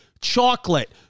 chocolate